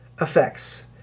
effects